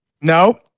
No